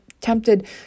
tempted